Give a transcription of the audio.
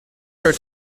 her